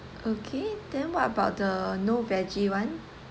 okay then what about the no veggie one